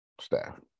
staff